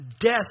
death